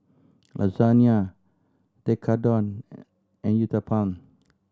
Lasagna Tekkadon and Uthapam